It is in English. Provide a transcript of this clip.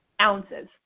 ounces